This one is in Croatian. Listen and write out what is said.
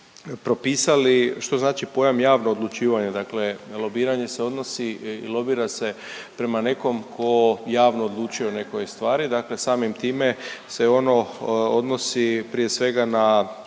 što znači pojam javno odlučivanje, dakle lobiranje se odnosi i lobira se prema nekom ko javno odlučuje o nekoj stvari, dakle samim time se ono odnosi prije svega na